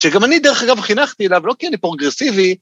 ‫שגם אני דרך אגב חינכתי אליו, ‫לא כי אני פרוגרסיבי.